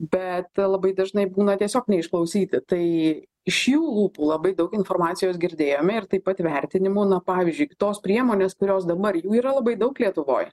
bet labai dažnai būna tiesiog neišklausyti tai iš jų lūpų labai daug informacijos girdėjome ir taip pat vertinimų na pavyzdžiui tos priemonės kurios dabar jų yra labai daug lietuvoj